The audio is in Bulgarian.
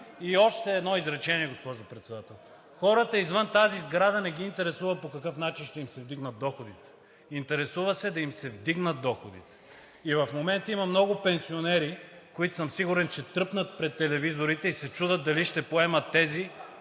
И още едно изречение, госпожо Председател. Хората извън тази сграда не ги интересува по какъв начин ще им се вдигнат доходите – интересуват се да им се вдигнат доходите. И в момента има много пенсионери, които съм сигурен, че тръпнат пред телевизорите и се чудят дали ще поемат тези